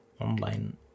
online